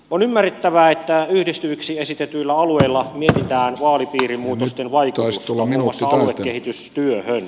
on ymmärrettävää että yhdistyviksi esitetyillä alueilla mietitään vaalipiirimuutosten vaikutusta muun muassa aluekehitystyöhön